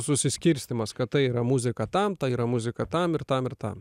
susiskirstymas kad tai yra muzika tam yra muzika tam ir tam ir tam